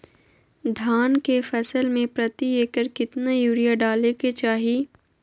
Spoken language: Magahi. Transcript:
धान के फसल में प्रति एकड़ कितना यूरिया डाले के चाहि?